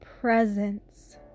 presence